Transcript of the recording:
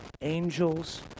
angels